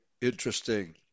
interesting